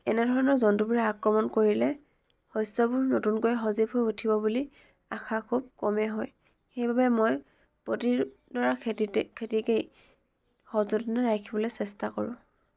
এনেধৰণৰ জন্তুবোৰে আক্ৰমণ কৰিলে শস্যবোৰ নতুনকৈ সজীৱ হৈ উঠিব বুলি আশা খুব কমে হয় সেইবাবে মই প্ৰতিডৰা খেতিতে খেতিকেই সযতনে ৰাখিবলৈ চেষ্টা কৰোঁ